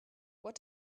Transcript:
what